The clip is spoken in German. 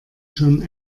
schon